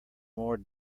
more